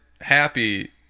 happy